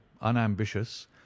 unambitious